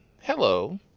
Hello